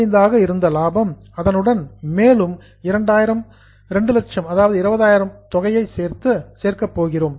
75 ஆக இருந்த லாபம் அதனுடன் மேலும் 20000 தொகையை சேர்க்கப் போகிறோம்